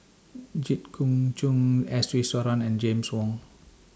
Jit Koon Ch'ng S Iswaran and James Wong